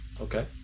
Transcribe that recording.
Okay